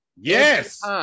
Yes